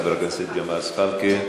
חבר הכנסת ג'מאל זחאלקה,